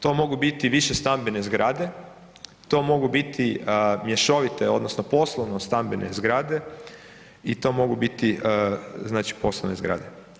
To mogu biti i višestambene zgrade, to mogu biti mješovito, odnosno poslovno-stambene zgrade i to mogu biti znači poslovne zgrade.